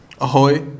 Ahoy